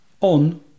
on